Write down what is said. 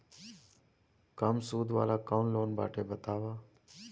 कम सूद वाला कौन लोन बाटे बताव?